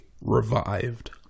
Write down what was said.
revived